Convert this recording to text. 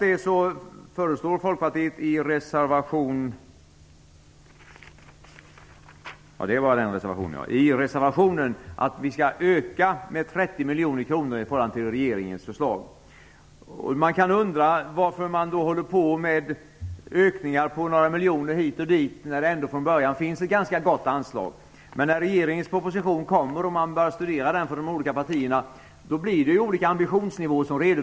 Trots det föreslår Folkpartiet i reservationen en ökning med 30 miljoner kronor i förhållande till regeringens förslag. Man kan undra varför man föreslår ökningar på några miljoner hit och dit när det från början finns ett ganska gott anslag. När regeringens proposition kommer och de olika partierna börjar studera den redovisas olika ambitionsnivåer.